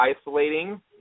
isolating